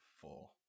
four